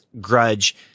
grudge